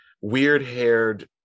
weird-haired